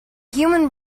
human